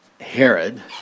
Herod